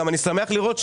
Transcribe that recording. אני גם שמח לראות,